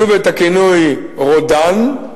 שוב את הכינוי "רודן",